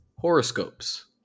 horoscopes